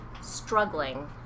struggling